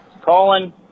Colin